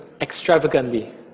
extravagantly